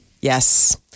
Yes